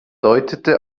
deutete